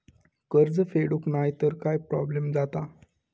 कर्ज फेडूक नाय तर काय प्रोब्लेम जाता?